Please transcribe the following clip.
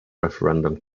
referendum